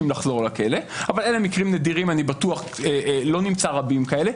לחזור לכלא אבל אלה מקרים נדירים ואני בטוח שלא נמצא רבים כאלה.